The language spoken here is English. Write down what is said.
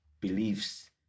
beliefs